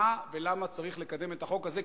על מה ולמה צריך לקדם את החוק הזה?